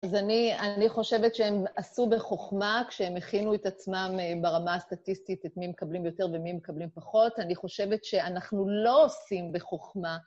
אז אני חושבת שהם עשו בחוכמה, כשהם הכינו את עצמם ברמה הסטטיסטית, את מי מקבלים יותר ומי מקבלים פחות, אני חושבת שאנחנו לא עושים בחוכמה.